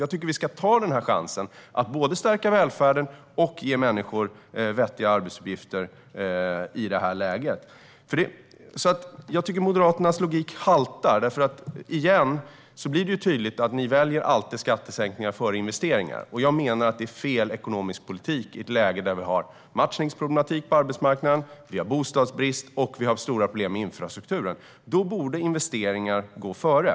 Jag tycker att vi ska ta den här chansen att både stärka välfärden och ge människor vettiga arbetsuppgifter. Jag tycker att Moderaternas logik haltar. Åter blir det tydligt att ni alltid väljer skattesänkningar före investeringar. Jag menar att det är fel ekonomisk politik i ett läge där vi har matchningsproblematik på arbetsmarknaden, bostadsbrist och stora problem med infrastrukturen. Då borde investeringar gå före.